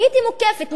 הייתי מוקפת.